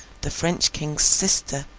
the french king's sister,